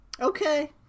Okay